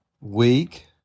weak